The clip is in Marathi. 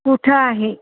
कुठं आहे